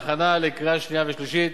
להכנה לקריאה שנייה ושלישית.